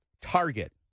Target